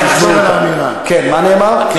אתה יודע מה קורה בבית עכשיו?